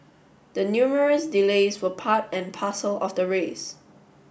the numerous delays for part and parcel of the race